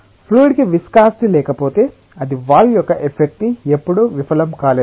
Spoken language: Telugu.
ఫ్లూయిడ్ కి విస్కాసిటి లేకపోతే అది వాల్ యొక్క ఎఫెక్ట్ ని ఎప్పుడూ విఫలం కాలేదు